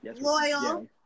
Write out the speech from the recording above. loyal